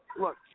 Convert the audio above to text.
look